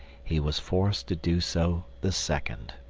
he was forced to do so the second.